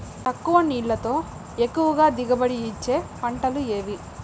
తక్కువ నీళ్లతో ఎక్కువగా దిగుబడి ఇచ్చే పంటలు ఏవి?